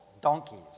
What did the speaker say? donkeys